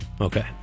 Okay